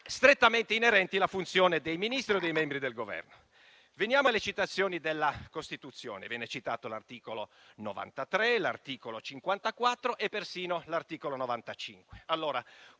strettamente inerenti alla funzione dei Ministri o comunque dei membri del Governo. Veniamo alle citazioni della Costituzione. Viene citato l'articolo 93, l'articolo 54 e persino l'articolo 95.